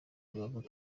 rubavu